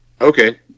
Okay